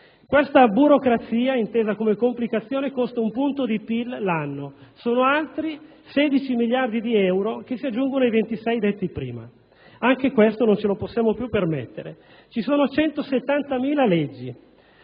La burocrazia intesa come complicazione costa un punto di PIL l'anno: sono altri 16 miliardi di euro che si aggiungono ai 26 miliardi già citati. Anche questo non ce lo possiamo più permettere. Ci sono 170.000 leggi: